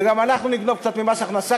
וגם אנחנו נגנוב קצת ממס הכנסה,